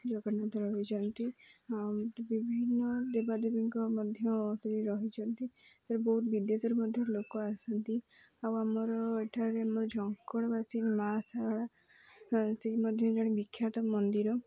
ଜଗନ୍ନାଥ ରହିଛନ୍ତି ଆଉ ବିଭିନ୍ନ ଦେବାଦେବୀଙ୍କ ମଧ୍ୟ ସେ ରହିଛନ୍ତି ସେ ବହୁତ ବିଦେଶରୁ ମଧ୍ୟ ଲୋକ ଆସନ୍ତି ଆଉ ଆମର ଏଠାରେ ଆମର ଝଙ୍କଡ଼ ବାସି ମାଆଶାରଳା ସେଇ ମଧ୍ୟ ଜଣେ ବିଖ୍ୟାତ ମନ୍ଦିର